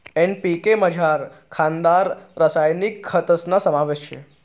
NPK मझार दानेदार रासायनिक खतस्ना समावेश शे